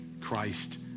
Christ